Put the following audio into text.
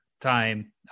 time